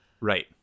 right